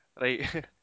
Right